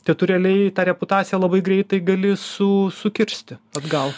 tai tu realiai tą reputaciją labai greitai gali su sukirsti atgal